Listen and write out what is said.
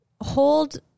hold